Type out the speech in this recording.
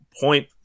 point